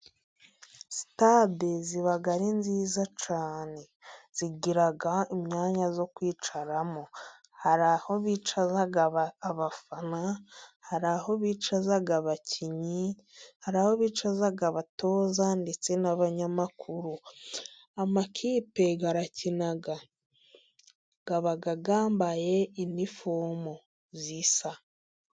Sitade ziba ari nziza cyane, zigira imyanya yo kwicaramo; hari aho bicaza abafana, hari aho bicaza abakinnyi, hari aho bicaza abatoza, ndetse n'abanyamakuru. Amakipe barakina aba yambaye inifomu zisa.